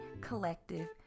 collective